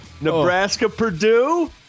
Nebraska-Purdue